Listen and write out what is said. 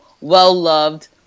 well-loved